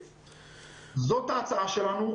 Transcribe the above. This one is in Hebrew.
זאת ההצעה שלנו.